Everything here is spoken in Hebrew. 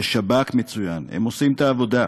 יש שב"כ מצוין, הם עושים את העבודה.